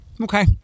Okay